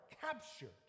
captured